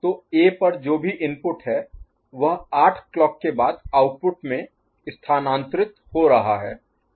तो ए पर जो भी इनपुट है वह आठ क्लॉक के बाद आउटपुट में स्थानांतरित हो रहा है